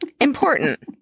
Important